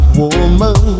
woman